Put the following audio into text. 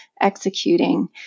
executing